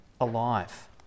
alive